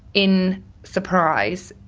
in surprise,